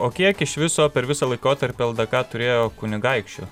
o kiek iš viso per visą laikotarpį ldk turėjo kunigaikščių